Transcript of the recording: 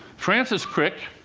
francis crick,